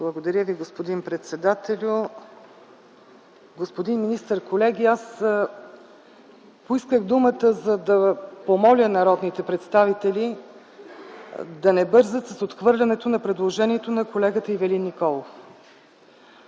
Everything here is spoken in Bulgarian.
Благодаря, господин председателю. Господин министър, колеги! Аз поисках думата, за да помоля народните представители да не бързат с отхвърляне на предложението на колегата Ивелин Николов.